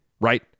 right